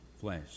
flesh